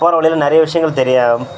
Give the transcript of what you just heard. போகற வழில நிறைய விஷயங்கள் தெரியாம்